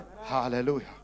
Hallelujah